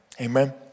Amen